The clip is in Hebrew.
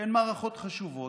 שהן מערכות חשובות,